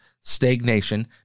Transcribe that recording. stagnation